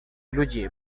люди